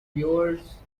yours